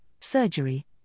surgery